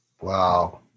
Wow